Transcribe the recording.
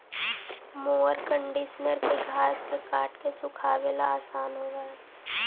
mower conditioner के घास के काट के सुखावे ला आसान होवऽ हई